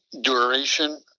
duration